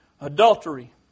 adultery